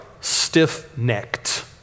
stiff-necked